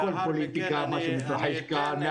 הכול פוליטיקה מה שמתרחש כאן.